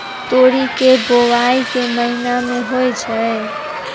तोरी केँ बोवाई केँ महीना मे होइ छैय?